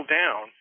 down